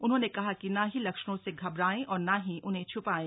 उन्होंने कहा कि न ही लक्षणों से घबराएं और न ही उन्हें छुपाये